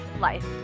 life